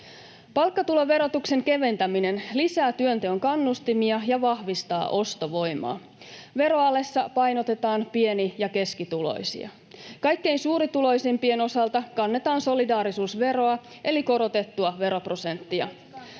Palkkatuloverotuksen keventäminen lisää työnteon kannustimia ja vahvistaa ostovoimaa. Veroalessa painotetaan pieni- ja keskituloisia. Kaikkein suurituloisimpien osalta kannetaan solidaarisuusveroa eli korotettua veroprosenttia.